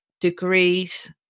degrees